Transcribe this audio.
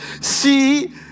see